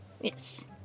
Yes